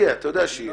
יהיה, אתה יודע שיהיה.